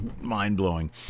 mind-blowing